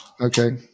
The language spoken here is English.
Okay